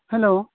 hello